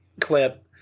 clip